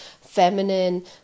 feminine